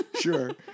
sure